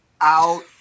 out